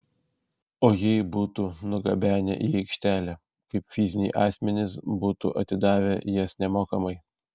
o jei būtų nugabenę į aikštelę kaip fiziniai asmenys būtų atidavę jas nemokamai